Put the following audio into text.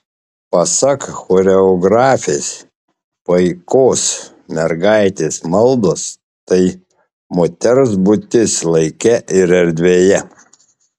pasak choreografės paikos mergaitės maldos tai moters būtis laike ir erdvėje